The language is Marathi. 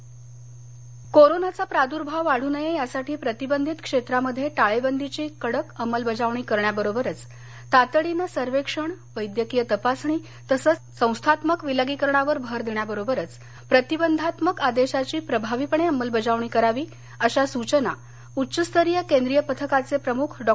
केंद्रीय पथक कोरोनाचा प्रादुर्भाव वाढू नये यासाठी प्रतिबंधित क्षेत्रामध्ये टाळेबंदीची कडक अंमलबजावणी करण्याबरोबरच तातडीनं सर्वेक्षण वैद्यकीय तपासणी तसंच संस्थात्मक विलगीकरणावर भर देण्याबरोबरच प्रतिबंधात्मक आदेशाची प्रभावीपणे अंमलबजावणी करावी अशा सूचना उच्चस्तरीय केंद्रीय पथकाचे प्रमुख डॉ